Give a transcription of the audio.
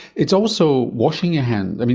it's also washing your hands.